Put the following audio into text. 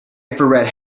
infrared